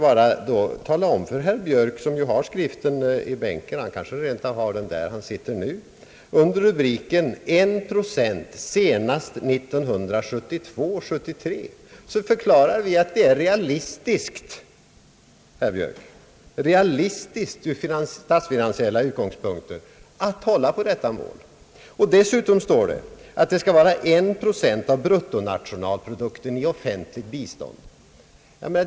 Jag vill bara tala om för herr Björk att i skriften — och den kanske herr Björk har tillgänglig i sin bänk där han nu sitter — under rubriken »En procent senast 1972/73» förklarade vi att det är realistiskt ur statsfinansiella utgångspunkter att hålla på detta mål. Dessutom står det att det skall vara en procent av bruttonationalprodukten i offentligt bistånd.